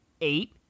eight